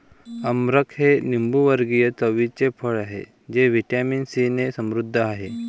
अमरख हे लिंबूवर्गीय चवीचे फळ आहे जे व्हिटॅमिन सीने समृद्ध आहे